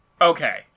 Okay